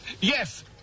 Yes